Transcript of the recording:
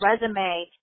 resume